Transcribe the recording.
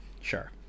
Sure